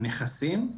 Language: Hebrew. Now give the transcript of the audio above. מהנכסים.